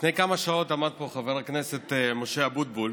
לפני כמה שעות עמד פה חבר הכנסת משה אבוטבול,